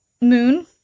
moon